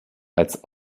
als